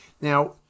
now